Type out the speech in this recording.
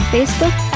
Facebook